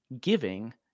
giving